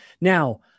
Now